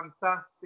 Fantastic